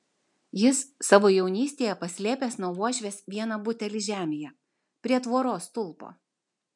jis savo jaunystėje paslėpęs nuo uošvės vieną butelį žemėje prie tvoros stulpo